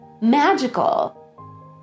magical